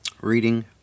Reading